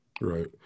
Right